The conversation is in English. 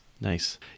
Nice